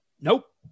nope